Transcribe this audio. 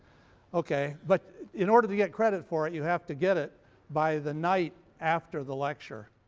okay, but in order to get credit for it you have to get it by the night after the lecture.